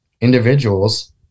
individuals